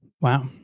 Wow